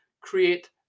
create